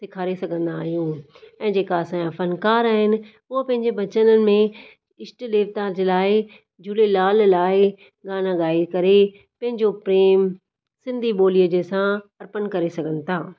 सेखारे सघंदा आहियूं ऐं जेका असां जा फ़नकार आहिनि उहो पंहिंजे वचननि में इष्ट देवता जे लाइ झूलेलाल लाइ गाना ॻाए करे पंहिंजो प्रेमु सिंधी ॿोलीअ जे सां अर्पणु करे सघनि था